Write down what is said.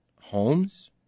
homes